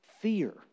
fear